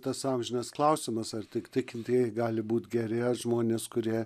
tas amžinas klausimas ar tik tikintieji gali būt geri ar žmonės kurie